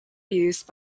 used